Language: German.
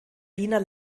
wiener